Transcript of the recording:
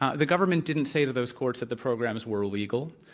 ah the government didn't say to those courts that the programs were illegal.